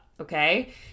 Okay